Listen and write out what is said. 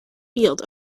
field